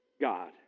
God